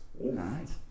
Nice